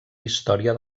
història